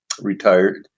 retired